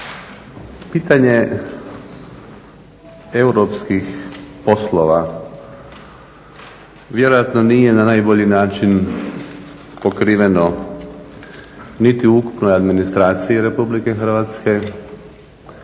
Pitanje europskih poslova, vjerojatno nije na najbolji način pokriveno niti u ukupnoj administraciji Republike Hrvatske,